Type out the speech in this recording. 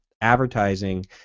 advertising